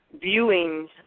viewing